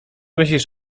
myślisz